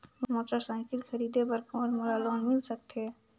Motorcycle खरीदे बर कौन मोला लोन मिल सकथे?